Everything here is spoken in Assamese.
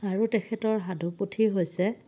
আৰু তেখেতৰ সাধুপুথি হৈছে